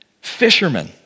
fishermen